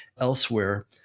elsewhere